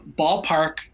ballpark